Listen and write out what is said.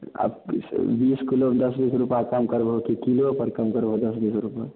आब बीस किलो दश बीस रूपा कम करबहो कि किलो पर कम करबहो दश बीस रूपा